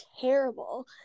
terrible